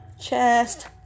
chest